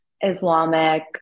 islamic